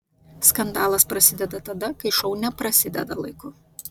skandalas prasideda tada kai šou neprasideda laiku